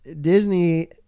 Disney